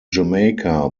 jamaica